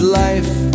life